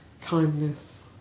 kindness